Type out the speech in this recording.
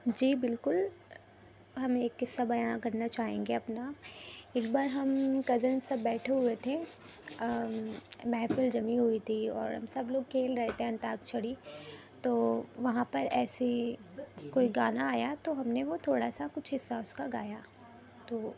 جی بالکل ہم ایک قصہ بیان کرنا چاہیں گے اپنا ایک بار ہم کزن سب بیٹھے ہوئے تھے محفل جمی ہوئی تھی اور ہم سب لوگ کھیل رہے تھے انتاکشری تو وہاں پر ایسے ہی کوئی گانا آیا تو ہم نے وہ تھوڑا سا کچھ حصہ اس کا گایا تو